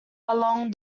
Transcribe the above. along